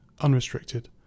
unrestricted